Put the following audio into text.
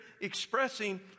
expressing